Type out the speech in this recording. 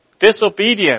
Disobedient